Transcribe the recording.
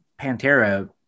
Pantera